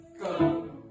Go